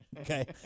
Okay